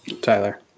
Tyler